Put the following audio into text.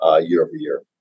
year-over-year